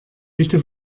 bitte